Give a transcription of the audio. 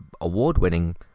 award-winning